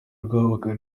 rwamagana